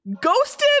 Ghosted